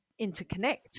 interconnect